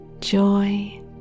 joy